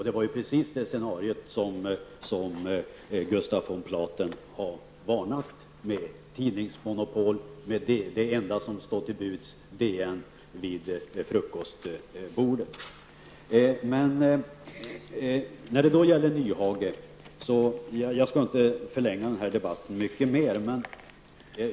Det är precis det scenario som Gustaf von Platen har varnat för, med tidningsmonopol och DN som det enda som står till buds vid frukostbordet. Jag skall inte förlänga denna debatt mycket mer, men jag vill ändå säga några ord till Hans Nyhage.